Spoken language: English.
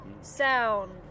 sound